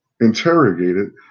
interrogated